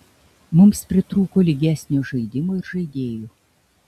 mums pritrūko lygesnio žaidimo ir žaidėjų